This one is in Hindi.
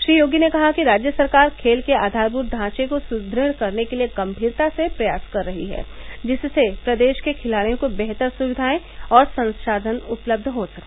श्री योगी ने कहा कि राज्य सरकार खेल के आघारमृत ढांचे को सुदृढ़ करने के लिये गम्मीरता से प्रयास कर रही है जिससे प्रदेश के खिलाड़ियों को बेहतर सुविघायें और संसाधन उपलब्व हो सके